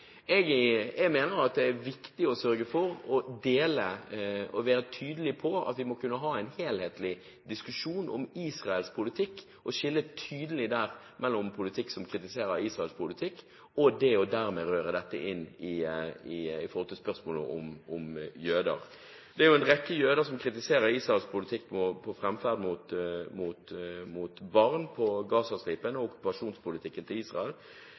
jøder fram. Jeg mener at det er viktig å være tydelig på at vi må kunne ha en helhetlig diskusjon om Israels politikk og skille tydelig mellom kritikk mot Israels politikk og spørsmålet om jøder, og ikke røre dette sammen. Det er jo en rekke jøder som kritiserer Israels politikk – Israels framferd mot barn på Gaza-stripen og